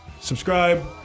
subscribe